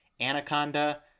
Anaconda